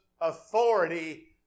authority